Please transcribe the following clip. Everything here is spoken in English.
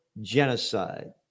genocide